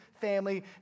family